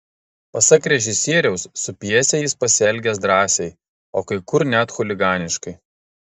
pasak režisieriaus su pjese jis pasielgęs drąsiai o kai kur net chuliganiškai